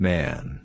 Man